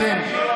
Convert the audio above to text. אתם.